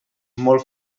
molt